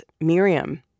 Miriam